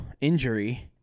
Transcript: injury